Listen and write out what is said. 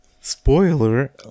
Spoiler